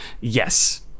Yes